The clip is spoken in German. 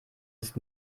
ist